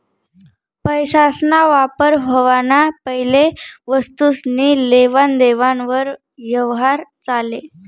पैसासना वापर व्हवाना पैले वस्तुसनी लेवान देवान वर यवहार चाले